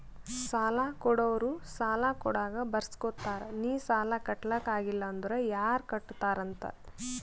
ಸಾಲಾ ಕೊಡೋರು ಸಾಲಾ ಕೊಡಾಗ್ ಬರ್ಸ್ಗೊತ್ತಾರ್ ನಿ ಸಾಲಾ ಕಟ್ಲಾಕ್ ಆಗಿಲ್ಲ ಅಂದುರ್ ಯಾರ್ ಕಟ್ಟತ್ತಾರ್ ಅಂತ್